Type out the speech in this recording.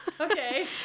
okay